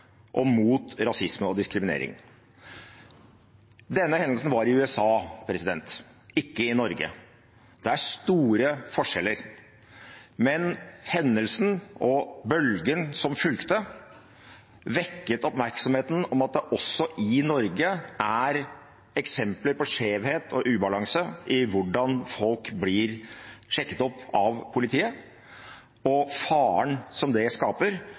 og mot rasisme og diskriminering. Denne hendelsen var i USA, ikke i Norge. Det er store forskjeller, men hendelsen og bølgen som fulgte, vekket oppmerksomheten om at det også i Norge er eksempler på skjevhet og ubalanse i hvordan folk blir sjekket opp av politiet, og faren som det skaper